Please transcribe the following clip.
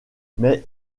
mais